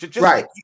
Right